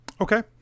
Okay